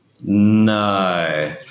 No